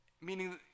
Meaning